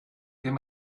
dem